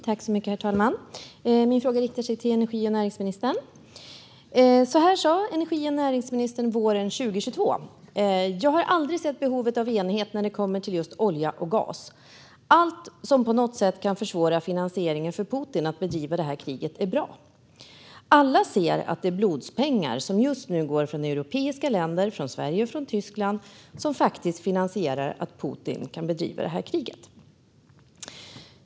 Herr talman! Min fråga riktar sig till energi och näringsministern. Så här sa energi och näringsministern våren 2022: Jag har aldrig sett behovet av enighet när det kommer till just olja och gas. Allt som på något sätt kan försvåra Putins finansiering för att bedriva det här kriget är bra. Alla ser att det är blodspengar som just nu går från europeiska länder - från Sverige och från Tyskland - som faktiskt finansierar att Putin kan bedriva det här kriget.